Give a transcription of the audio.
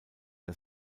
der